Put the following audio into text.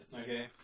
Okay